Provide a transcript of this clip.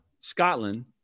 scotland